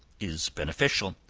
is beneficial.